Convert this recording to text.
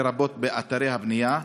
לרבות באתרי בנייה,